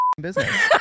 business